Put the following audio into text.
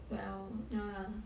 well ya lah